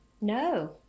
No